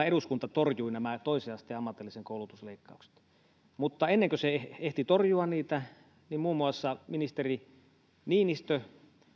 eduskunta torjui nämä toisen asteen ammatillisen koulutuksen leikkaukset mutta ennen kuin se ehti torjua niitä muun muassa ministeri niinistö